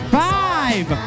five